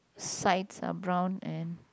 side are brown and